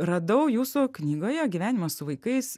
radau jūsų knygoje gyvenimą su vaikais